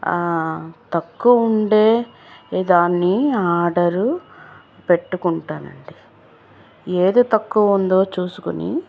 తక్కువుండే దాన్ని ఆర్డరు పెట్టుకుంటానండి ఏది తక్కువ ఉందో చూసుకొని